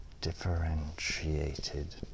differentiated